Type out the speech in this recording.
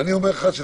ואני אומר לדעתך,